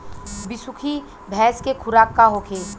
बिसुखी भैंस के खुराक का होखे?